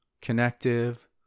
connective